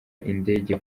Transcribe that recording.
indege